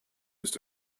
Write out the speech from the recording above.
ist